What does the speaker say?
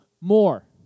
more